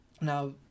Now